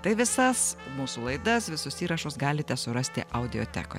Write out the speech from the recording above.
tai visas mūsų laidas visus įrašus galite surasti audiotekoje